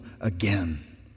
again